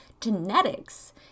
genetics